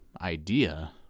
idea